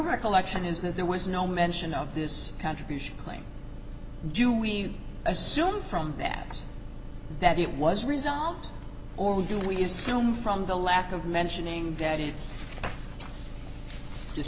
recollection is that there was no mention of this contribution claim do we assume from that that it was resolved or do we assume from the lack of mentioning that it's